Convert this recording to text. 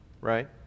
right